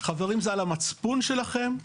חברים זה על המצפון שלכם,